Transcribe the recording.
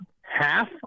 half